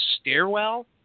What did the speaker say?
stairwell